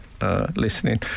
Listening